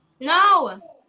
No